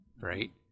Right